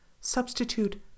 substitute